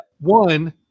One